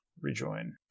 rejoin